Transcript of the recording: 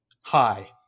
Hi